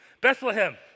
Bethlehem